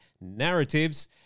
narratives